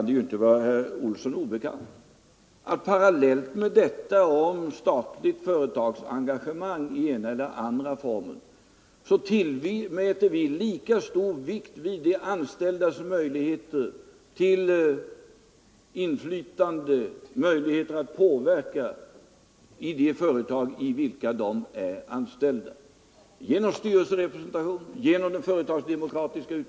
Det kan inte vara herr Olsson obekant att lika stor vikt som vi lägger vid statligt företagsengagemang i ena eller andra formen, lika stor vikt tillmäter vi de anställdas möjligheter till inflytande och påverkan i de företag i vilka de är anställda — genom styrelserepresentation och genom företagsdemokrati.